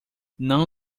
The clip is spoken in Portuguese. não